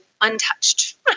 untouched